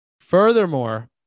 Furthermore